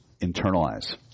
internalize